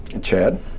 Chad